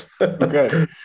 Okay